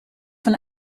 von